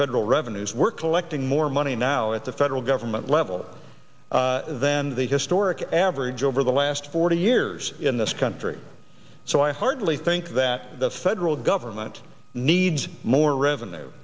federal revenues were collecting more money now at the federal government level than the historic average over the last forty years in this country so i hardly think that the federal government needs more revenue